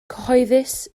cyhoeddus